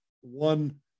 one